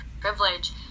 privilege